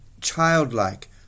childlike